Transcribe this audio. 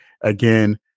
again